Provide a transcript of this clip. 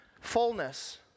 Fullness